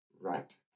right